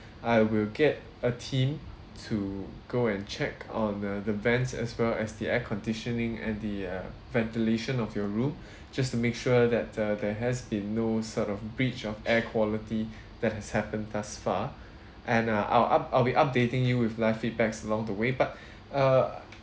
I will get a team to go and check on the the vents as well as the air conditioning and the uh ventilation of your room just to make sure that uh there has been no sort of breach of air quality that has happened thus far and uh I'll up I'll be updating you with live feedbacks along the way but err